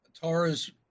Tara's